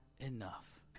enough